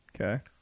Okay